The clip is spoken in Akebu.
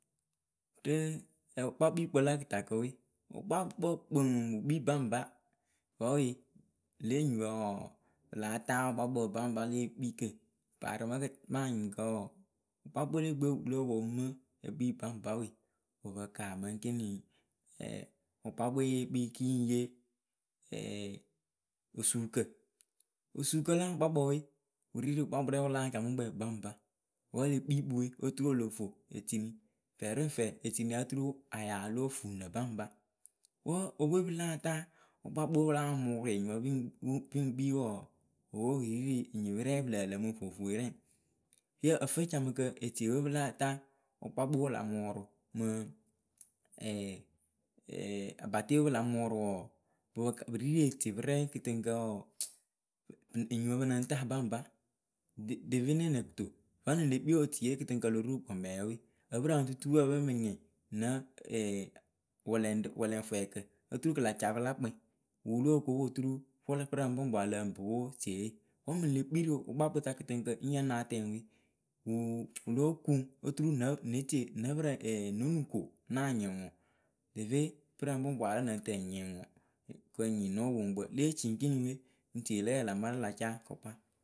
rɨ wɨkpakpiikpǝ lakɨtakǝ we, wɨkpakpǝ kpɨŋ wɨ kpii baŋba. wǝwe lě nyipǝ wɔɔ pɨ láa ta wɨkpakpǝ baŋba lekpikǝ paa rɨ mɨ kɨta manyɩŋkǝ wɔɔ, wɨkpakpɨwe le gbɨwe wɨ lóo pomɨmɨ ekpii baŋba we bɨ pɨ kaamɨ ekiniŋ wɨkpakpǝwe yeekpii kiyɨŋ yee osuukǝ. Osuukǝ la wɨkpakpǝwe. wɨri rɨ wɨkpakɨrɛ wɨ láa camɨkpɛ baŋba Wǝ elekpiikpɨwe oturu olovo etini. fɛriŋfɛ etini oturu ayaa lóo fuŋlǝ baŋba. wǝ epwe pɨ láa taa wɨkpakpɨwe wɨla mʊrʊ enyipǝ piŋ pɨŋ kpii wɔɔ epwe pɨ rirɨ enyipǝ rɛ pɨ lǝǝ lǝǝmɨ vovoyɩrɛŋ yǝ ǝfɨcqmɨlǝ etiepwe pɨ láa taa wɨkpakpɨwe wɨ la mʊrʊ mɨ ee abatepwe pɨ la mʊrʊ wɔɔ bɨ pɨ ri rɨ etiepɨrɛ kɨtɨŋkǝ wɔɔ enyipǝ pɨlɨŋta baŋba de devenɛ nɛkɨto vǝnɨ le kpii etuie kɨtɨŋkǝ lo ru gbomwe ǝpɨrǝŋ tuturupǝ pɨ lmɨ nyɩŋ nǝ. wɛlɛŋɖǝ wɛlɛŋfwkǝ oturǝ kɨ laca pɨ la kpɛ wɨ wɨ lóo kuŋ oturu wɩlɩ pɨrǝŋ pʊŋpʊa lǝ́ǝ pǝ ŋ po po tieye. Wǝ mɨŋ le kpii rɨ wɨkpakpɨ sa kɨtɨŋkǝ nyana tɛŋwe. wɨ lóo kuŋ oturu nǝ netie nǝpɨrǝŋ netie ko na nyɩŋ ŋwɨ deve pɨrǝŋ pʊŋpʊa rɛŋ nɨŋ tɨ ŋ nyɩŋ ŋwɨ kɨŋ nyɩ nowɨpɔŋkpǝ. Lée ci ŋ kini we ŋ tie lǝ yǝ lamarɨ la ca kʊkpa.